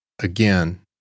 again